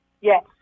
Yes